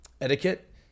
etiquette